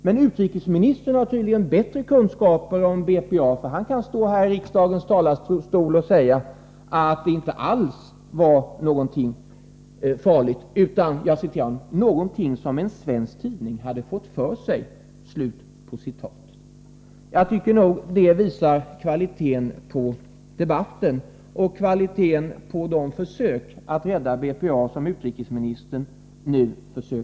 Men utrikesministern har tydligen bättre kunskaper om BPA, för han kan stå här i riksdagens talarstol och säga att det inte alls var någonting farligt utan ”någonting som en svensk tidning hade fått för sig”. Jag tycker nog att det visar kvaliteten på debatten — och kvaliteten på de försök att rädda BPA som utrikesministern nu gör.